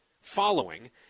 following